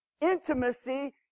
intimacy